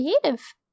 Creative